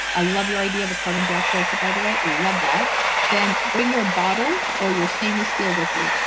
i love your idea of a carbon block filter, by the way, love that then bring your bottle or your stainless steel with you.